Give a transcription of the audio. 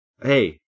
hey